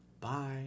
bye